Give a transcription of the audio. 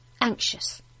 anxious